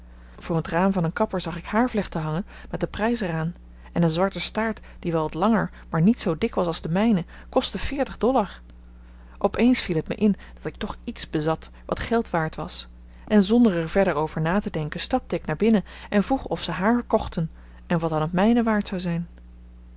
voor het raam van een kapper zag ik haarvlechten hangen met den prijs er aan en een zwarte staart die wel wat langer maar niet zoo dik was als de mijne kostte veertig dollar op eens viel het me in dat ik toch iets bezat wat geld waard was en zonder er verder over na te denken stapte ik naar binnen en vroeg of ze haar kochten en wat dan het mijne waard zou zijn